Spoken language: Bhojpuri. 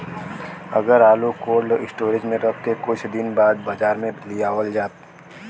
अगर आलू कोल्ड स्टोरेज में रख के कुछ दिन बाद बाजार में लियावल जा?